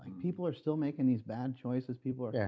and people are still making these bad choices, people are.